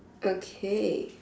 okay